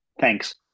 Thanks